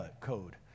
code